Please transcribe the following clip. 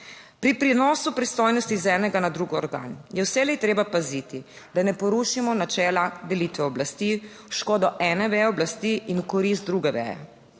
Pri prenosu pristojnosti z enega na drug organ je vselej treba paziti, da ne porušimo načela delitve oblasti v škodo ene veje oblasti in v korist druge veje.